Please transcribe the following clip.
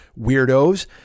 weirdos